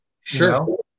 Sure